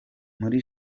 muri